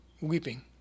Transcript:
weeping